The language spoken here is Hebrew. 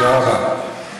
אני לא רוצה להגיד לך מה אתם.